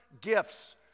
gifts